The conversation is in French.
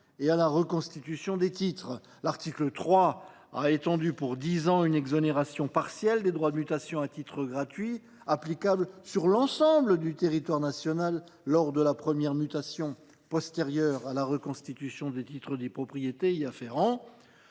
et à la reconstitution des titres. L’article 3 a étendu pour dix ans une exonération partielle des droits de mutation à titre gratuit, applicable sur l’ensemble du territoire national lors de la première mutation postérieure à la reconstitution des titres de propriétés y afférents.